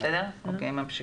ממשיכים.